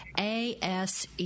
ASE